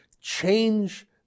change